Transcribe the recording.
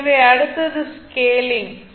எனவே அடுத்தது ஸ்கேலிங்